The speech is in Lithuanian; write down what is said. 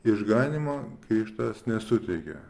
išganymo krikštas nesuteikia